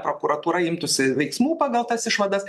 prokuratūra imtųsi veiksmų pagal tas išvadas